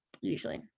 usually